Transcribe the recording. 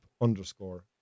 underscore